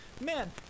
man